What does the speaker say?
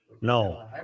No